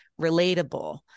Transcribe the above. relatable